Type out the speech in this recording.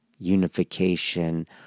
unification